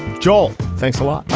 joel thanks a lot.